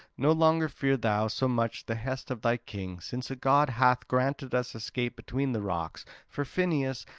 no longer fear thou so much the hest of thy king, since a god hath granted us escape between the rocks for phineus,